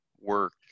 work